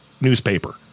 newspaper